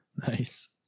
Nice